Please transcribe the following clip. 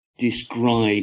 describe